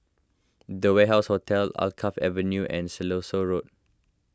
the Warehouse Hotel Alkaff Avenue and Siloso Road